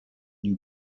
new